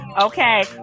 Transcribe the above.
okay